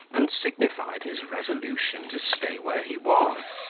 and signified his resolution to stay where he was.